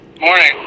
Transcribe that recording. Morning